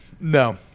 No